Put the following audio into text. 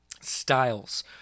styles